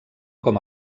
com